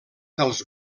dels